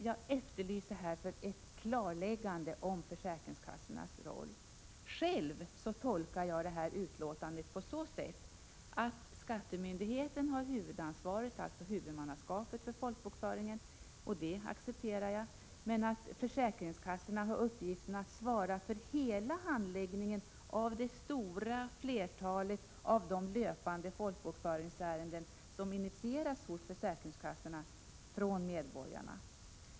Jag efterlyser ett klarläggande av försäkringskassornas roll. Själv tolkar jag utlåtandet på så sätt att skattemyndigheten har huvudansvaret, alltså huvudmannaskapet, för folkbokföringen, och det accepterar jag, men att försäkringskassorna har uppgiften att svara för hela handläggningen av det stora flertalet av de löpande folkbokföringsärenden som initieras hos försäkringskassorna från medborgarna.